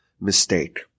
mistake